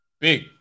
Big